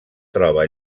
troba